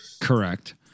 correct